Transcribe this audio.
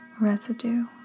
residue